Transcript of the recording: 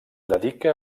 dedica